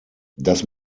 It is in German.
das